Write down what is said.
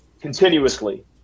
continuously